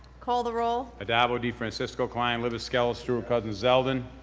call the roll. addabbo, defrancisco, klein, libous, skelos, stewart-cousins, zeldin.